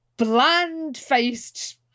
Bland-faced